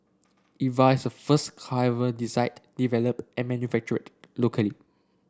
Eva is the first car ever designed developed and manufactured locally